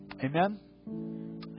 Amen